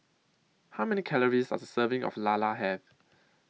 How Many Calories Does A Serving of Lala Have